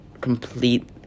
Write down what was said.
complete